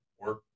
work